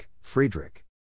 Friedrich